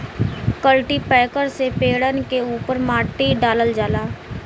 cultipacker से पेड़न के उपर माटी डालल जाला